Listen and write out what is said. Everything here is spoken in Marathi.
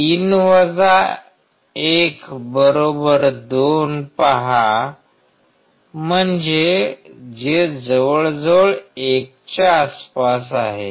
3 1 2 पहा म्हणजे जे जवळजवळ 1 च्या आसपास आहे